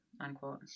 unquote